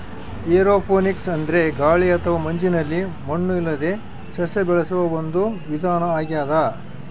aeroponics ಅಂದ್ರೆ ಗಾಳಿ ಅಥವಾ ಮಂಜಿನಲ್ಲಿ ಮಣ್ಣು ಇಲ್ಲದೇ ಸಸ್ಯ ಬೆಳೆಸುವ ಒಂದು ವಿಧಾನ ಆಗ್ಯಾದ